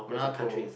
Monaco